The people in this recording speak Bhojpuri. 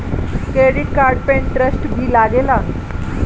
क्रेडिट कार्ड पे इंटरेस्ट भी लागेला?